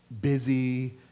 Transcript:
busy